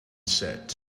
set